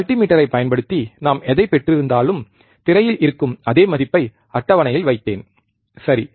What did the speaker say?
மல்டிமீட்டரைப் பயன்படுத்தி நாம் எதைப் பெற்றிருந்தாலும் திரையில் இருக்கும் அதே மதிப்பை அட்டவணையில் வைத்தேன் சரி